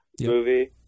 movie